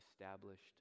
established